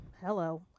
Hello